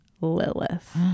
Lilith